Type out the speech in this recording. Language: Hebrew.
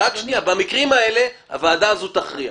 במקרים האלה הוועדה הזאת תכריע.